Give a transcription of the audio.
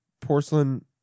porcelain